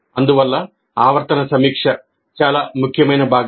అందువల్ల ఆవర్తన సమీక్ష చాలా ముఖ్యమైన భాగం